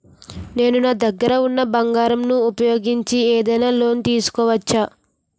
నేను నా దగ్గర ఉన్న బంగారం ను ఉపయోగించి ఏదైనా లోన్ తీసుకోవచ్చా?